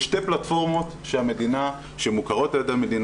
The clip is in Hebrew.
יש שתי פלטפורמות שמוכרות על ידי המדינה,